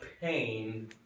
pain